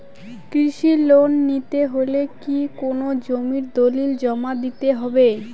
কৃষি লোন নিতে হলে কি কোনো জমির দলিল জমা দিতে হবে?